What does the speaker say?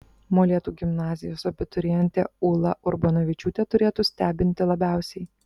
molėtų gimnazijos abiturientė ūla urbonavičiūtė turėtų stebinti labiausiai